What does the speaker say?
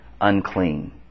unclean